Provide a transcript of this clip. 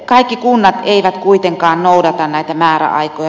kaikki kunnat eivät kuitenkaan noudata näitä määräaikoja